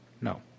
No